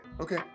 okay